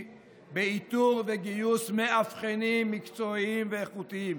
באיתור וגיוס מאבחנים מקצועיים ואיכותיים.